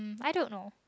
um I don't know